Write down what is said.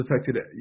affected